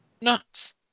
nuts